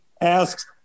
asked –